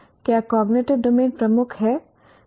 हांI क्या cognitive domain प्रमुख है